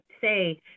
say